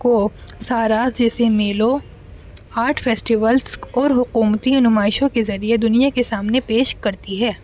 کو ساراس جیسے میلوں آرٹ فیسٹیولس اور حکومتی نمائشوں کے ذریعے دنیا کے سامنے پیش کرتی ہے